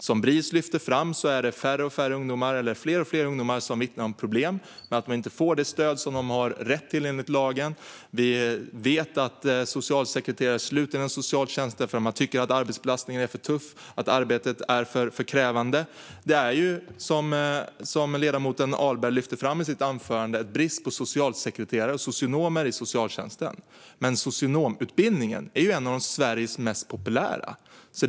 Som Bris lyfter fram vittnar fler och fler ungdomar om problem med att de inte får det stöd som de enligt lagen har rätt till. Vi vet att socialsekreterare slutar inom socialtjänsten för att de tycker att arbetsbelastningen är för tung och arbetet för krävande. Som ledamoten Ahlberg lyfte fram i sitt anförande är det brist på socialsekreterare och socionomer i socialtjänsten trots att socionomutbildningen är en av Sveriges mest populära utbildningar.